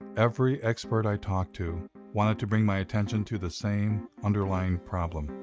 every expert i talked to wanted to bring my attention to the same, underlying problem.